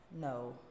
no